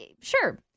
Sure